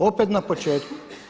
Opet na početku.